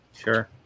Sure